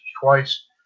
twice